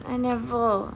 I never